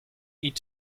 eat